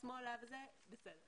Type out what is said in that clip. זה לא נכס זול.